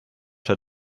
der